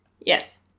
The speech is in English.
Yes